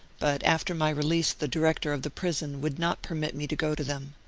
but after my release the director of the prison would not permit me to go to them.